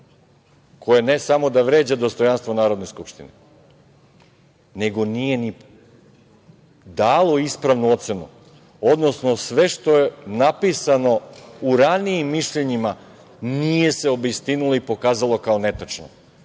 koje ne samo da vređa dostojanstvo Narodne skupštine, nego nije ni dalo ispravnu ocenu, odnosno sve što je napisano u ranijim mišljenjima nije se obistinilo i pokazalo kao netačno. Ako